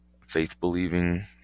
Faith-believing